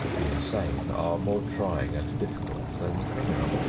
the insane are more trying and difficult than the criminal.